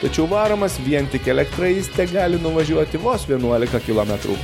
tačiau varomas vien tik elektra jis gali nuvažiuoti vos vienuolika kilometrų